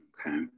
Okay